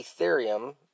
Ethereum